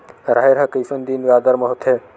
राहेर ह कइसन दिन बादर म होथे?